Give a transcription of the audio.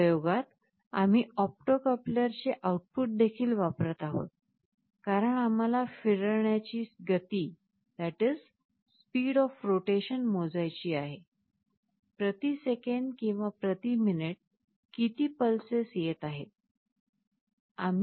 या प्रयोगात आम्ही ऑप्टो कपलरचे आउटपुट देखील वापरत आहोत कारण आम्हाला फिरण्याची गती मोजायची आहे प्रति सेकंद किंवा प्रति मिनिट किती पल्सेस येत आहेत